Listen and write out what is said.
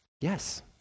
Yes